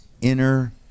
inner